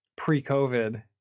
pre-COVID